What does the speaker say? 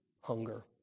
hunger